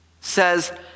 Says